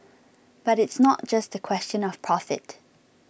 but it's not just a question of profit